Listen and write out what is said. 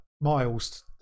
miles